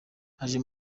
aje